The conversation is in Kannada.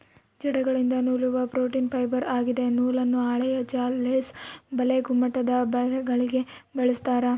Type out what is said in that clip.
ಜೇಡಗಳಿಂದ ನೂಲುವ ಪ್ರೋಟೀನ್ ಫೈಬರ್ ಆಗಿದೆ ನೂಲನ್ನು ಹಾಳೆಯ ಜಾಲ ಲೇಸ್ ಬಲೆ ಗುಮ್ಮಟದಬಲೆಗಳಿಗೆ ಬಳಸ್ತಾರ